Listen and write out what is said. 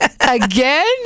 Again